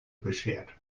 beschert